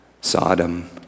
Sodom